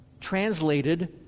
translated